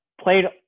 played